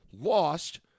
lost